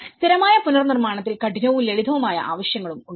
സ്ഥിരമായ പുനർനിർമ്മാണത്തിൽ കഠിനവും ലളിതവും ആയ ആവശ്യങ്ങളും ഉണ്ട്